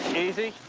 easy.